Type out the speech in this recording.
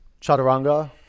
Chaturanga